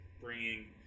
bringing